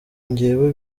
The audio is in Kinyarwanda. njyewe